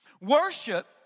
Worship